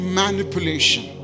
manipulation